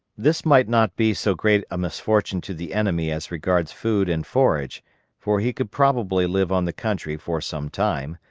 this might not be so great a misfortune to the enemy as regards food and forage for he could probably live on the country for some time,